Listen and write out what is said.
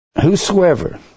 Whosoever